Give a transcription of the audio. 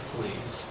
Please